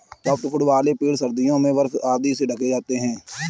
softwood वाले पेड़ सर्दियों में बर्फ आदि से ढँक जाते हैं